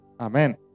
Amen